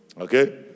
Okay